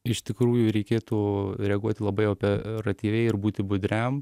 iš tikrųjų reikėtų reaguoti labai operatyviai ir būti budriam